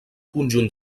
conjunt